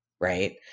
right